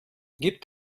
gibt